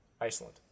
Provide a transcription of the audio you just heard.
Iceland